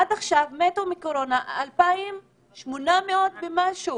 עד עכשיו מתו מקורונה כ-2,800 אנשים,